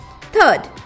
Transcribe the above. third